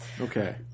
okay